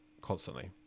constantly